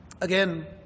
Again